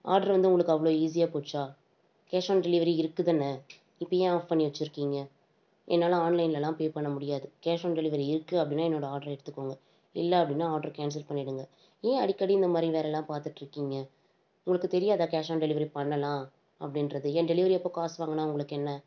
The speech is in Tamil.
ஆர்டர் வந்து உங்களுக்கு அவ்வளோ ஈஸியக போச்சா கேஸ் ஆன் டெலிவரி இருக்குது தான் இப்போ ஏன் ஆஃப் பண்ணி வச்சிருக்கீங்க என்னால் ஆன்லைன்லலாம் பே பண்ண முடியாது கேஸ் ஆன் டெலிவரி இருக்குது அப்படினா என்னோடய ஆர்டரை எடுத்துக்கோங்க இல்லை அப்படினா ஆர்டர் கேன்சல் பண்ணிடுங்க ஏன் அடிக்கடி இந்த மாதிரி வேலைல்லாம் பார்த்துட்ருக்கீங்க உங்களுக்கு தெரியாதா கேஸ் ஆன் டெலிவரி பண்ணலாம் அப்படின்றது ஏன் டெலிவரி அப்போ காசு வாங்கினா உங்களுக்கு என்ன